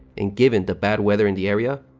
and given the bad weather in the area,